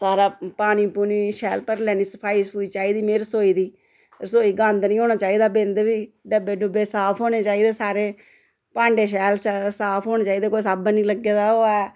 सारा पानी पूनी शैल भरी लैन्नी सफाई सफुई चाहिदी मै रसोई दी रसोई गंद नि होना चाहिदा बिंद बी डब्बे डुब्बे साफ होने चाहिदे सारे भांडे शैल साफ होने चाहिदे कोई साबन नि लग्गे दा होऐ